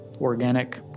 organic